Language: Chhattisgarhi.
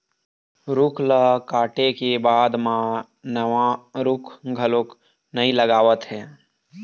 रूख ल काटे के बाद म नवा रूख घलोक नइ लगावत हे